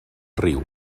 riu